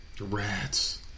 Rats